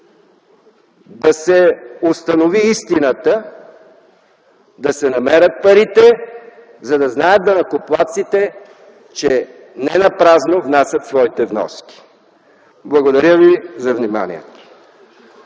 да се установи истината, да се намерят парите, за да знаят данъкоплатците, че не напразно внасят своите вноски. Благодаря Ви за вниманието.